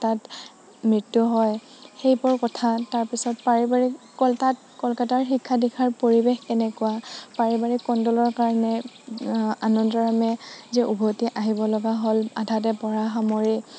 তাত মৃত্যু হয় সেইবোৰ কথা তাৰপিছত পাৰিবাৰিক তাত কলকাতাৰ শিক্ষা দীক্ষাৰ পৰিৱেশ কেনেকুৱা পাৰিবাৰিক কণ্ডলৰ কাৰণে আনন্দৰামে যে উভতি আহিবলগা হ'ল আধাতে পঢ়া সামৰি